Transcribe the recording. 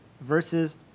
versus